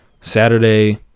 saturday